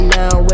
now